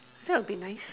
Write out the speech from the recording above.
that will be nice